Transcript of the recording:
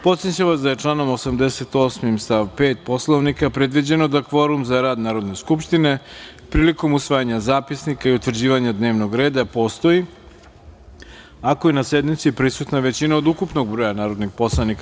Podsećam vas da je članom 88. stav 5. Poslovnika predviđeno da kvorum za rad Narodne skupštine prilikom usvajanja zapisnika i utvrđivanja dnevnog reda postoji ako je na sednici prisutna većina od ukupnog broja narodnih poslanika.